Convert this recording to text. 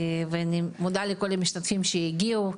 אני מודה לכל המשתתפים שהגיעו,